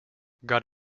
got